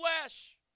flesh